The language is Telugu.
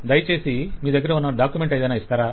దయచేసి మీ దగ్గర ఉన్న డాక్యుమెంట్ ఏదైనా ఇస్తారా